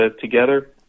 together